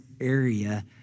area